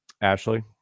Ashley